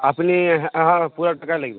আপনি হ্যাঁ হ পুরা টাকা লাগবে